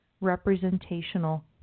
representational